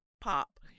pop